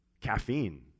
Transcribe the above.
caffeine